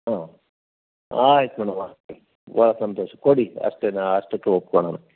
ಹಾಂ ಆಯ್ತು ಕಣವ್ವ ಭಾಳ ಸಂತೋಷ ಕೊಡಿ ಅಷ್ಟೆನಾ ಅಷ್ಟಕ್ಕೆ ಒಪ್ಕೊಳ್ಳೋಣ